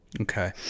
Okay